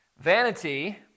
Vanity